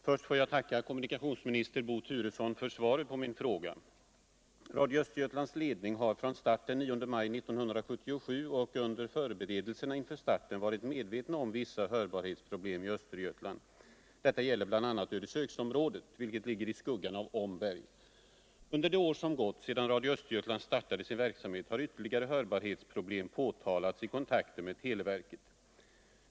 Herr talman! Först vill jag tacka kommunikationsminister Bo Turesson för svaret på min fråga. verksamhet har vuertligare hörbarhetsproblem påtalats i kontakter med televerket.